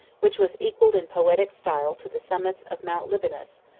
which was equalled in poetic style to the summits of mount libanus,